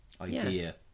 idea